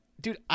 dude